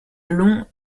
blond